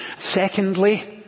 Secondly